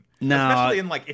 No